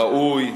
ראוי.